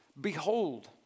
Behold